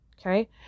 Okay